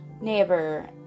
neighbor